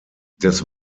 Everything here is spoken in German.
des